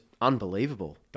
unbelievable